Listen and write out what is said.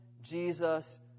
jesus